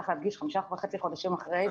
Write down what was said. צריך להדגיש שחמישה וחצי חודשים אחרי,